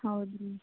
ಹೌದು ರೀ